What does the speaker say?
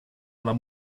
alla